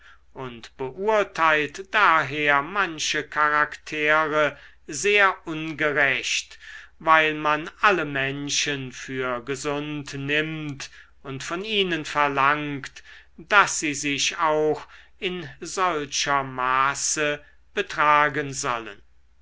und beurteilt daher manche charaktere sehr ungerecht weil man alle menschen für gesund nimmt und von ihnen verlangt daß sie sich auch in solcher maße betragen sollen